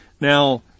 Now